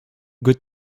got